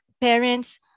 parents